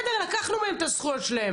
לקחנו מהם את הזכויות שלהם,